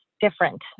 different